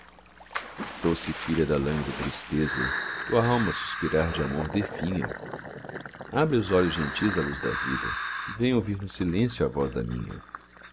doce filha da lânguida tristeza tua alma a suspirar de amor definha abre os olhos gentis à luz da vida vem ouvir no silêncio a voz da minha